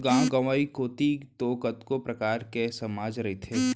गाँव गंवई कोती तो कतको परकार के समाज रहिथे